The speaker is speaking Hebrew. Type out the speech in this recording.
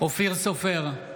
אופיר סופר,